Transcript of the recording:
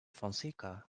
fonseca